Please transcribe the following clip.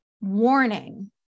warning